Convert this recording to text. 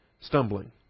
stumbling